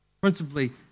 principally